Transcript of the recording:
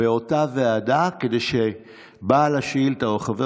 באותה ועדה כדי שבעל השאילתה או חבר